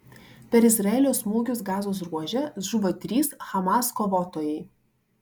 per izraelio smūgius gazos ruože žuvo trys hamas kovotojai